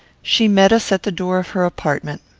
she met us at the door of her apartment.